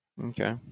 okay